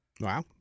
Wow